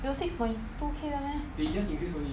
有 six point two K 的 meh